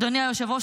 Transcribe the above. אדוני היושב-ראש,